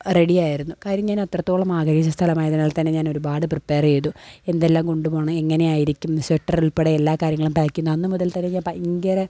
റെഡിയായിരുന്നു കാര്യം ഞാനത്രത്തോളം ആഗ്രഹിച്ച സ്ഥലമായതിനാൽത്തന്നെ ഞാനൊരുപാട് പ്രിപ്പയറ് ചെയ്തു എന്തെല്ലാം കൊണ്ടുപോകണം എങ്ങനെയായിരിക്കും സ്വെറ്ററുൾപ്പെടെ എല്ലാ കാര്യങ്ങളും പായ്ക്ക് ചെയ്യുന്നു അന്നുമുതൽത്തന്നെ ഞാൻ ഭയങ്കര